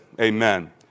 amen